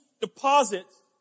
deposits